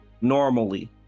Normally